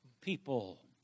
people